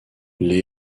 les